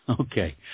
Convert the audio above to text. Okay